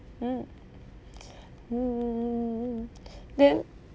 hmm hmm then